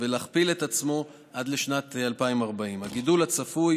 ולהכפיל את עצמו עד לשנת 2040. הגידול הצפוי